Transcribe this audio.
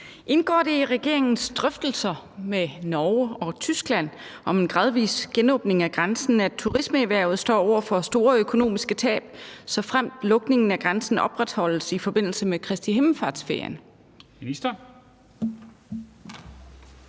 Indgår det i regeringens drøftelser med Norge og Tyskland om en gradvis genåbning af grænsen, at turismeerhvervet står over for store økonomiske tab, såfremt lukningen af grænsen opretholdes i forbindelse med Kristi himmelfartsferien?